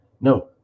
no